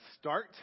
start